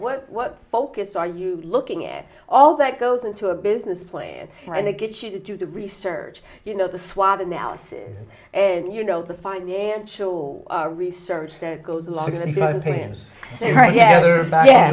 what what focus are you looking at all that goes into a business plan and it gets you to do the research you know the swab analysis and you know the financial research that goes along